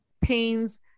pains